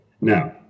Now